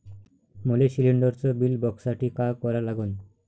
मले शिलिंडरचं बिल बघसाठी का करा लागन?